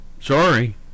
Sorry